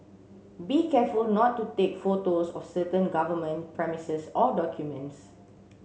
be careful not to take photos of certain government premises or documents